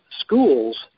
schools